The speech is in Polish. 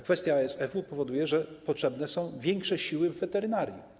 Kwestia ASF-u powoduje, że potrzebne są większe siły w weterynarii.